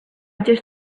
just